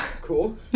Cool